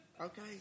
Okay